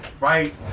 right